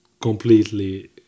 Completely